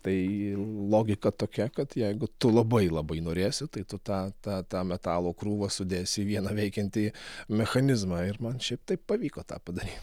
tai logika tokia kad jeigu tu labai labai norėsi tai tu tą tą tą metalo krūvą sudėsi į vieną veikiantį mechanizmą ir man šiaip taip pavyko tą padaryt